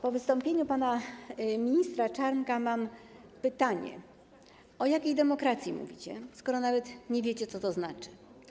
Po wystąpieniu pana ministra Czarnka mam pytanie: O jakiej demokracji mówicie, skoro nawet nie wiecie, co to znaczy?